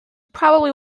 probably